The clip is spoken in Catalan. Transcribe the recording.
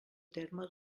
terme